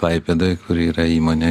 klaipėdoj kur yra įmonė